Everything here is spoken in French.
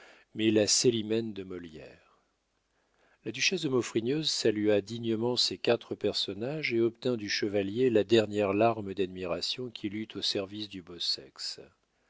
mais la célimène de molière la duchesse de maufrigneuse salua dignement ces quatre personnages et obtint du chevalier la dernière larme d'admiration qu'il eût au service du beau sexe